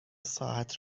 ساعت